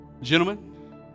Gentlemen